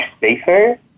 safer